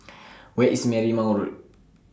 Where IS Marymount Road